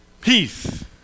peace